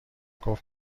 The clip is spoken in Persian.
گفت